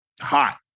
Hot